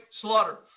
slaughter